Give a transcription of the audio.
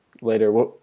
later